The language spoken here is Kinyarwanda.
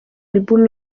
album